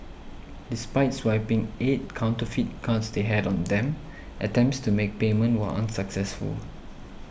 despite swiping eight counterfeit cards they had on them attempts to make payment were unsuccessful